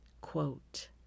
quote